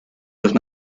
los